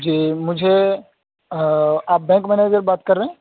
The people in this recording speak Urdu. جی مجھے آپ بینک منیجر بات کر رہے ہیں